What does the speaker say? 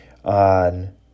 on